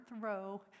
row